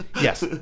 Yes